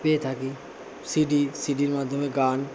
পেয়ে থাকি সিডি সিডির মাধ্যমে গান